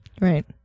right